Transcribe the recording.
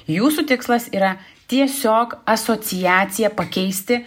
jūsų tikslas yra tiesiog asociaciją pakeisti